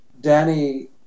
Danny